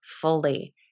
fully